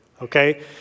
okay